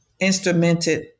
instrumented